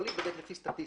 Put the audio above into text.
לא להיבדק לפי סטטיסטיקה.